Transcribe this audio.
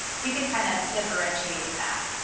we can kind of differentiate that.